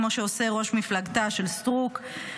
כמו שעושה ראש מפלגתה של סטרוק,